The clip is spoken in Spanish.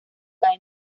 cae